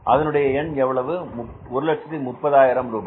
அதனுடைய எண் எவ்வளவு 130000 ரூபாய்